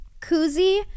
Koozie